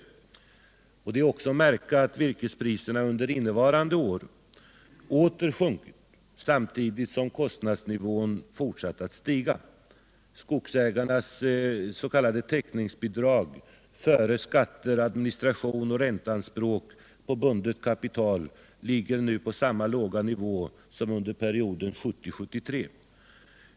Sedan är det också att märka att virkespriserna under innevarande säsong åter har sjunkit, samtidigt som kostnadsnivån har fortsatt att stiga. Skogsägarnas s.k. täckningsbidrag före skatter, administration och ränteanspråk på bundet kapital ligger nu på samma låga nivå som under perioden 1970-1973.